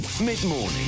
Mid-morning